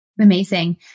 Amazing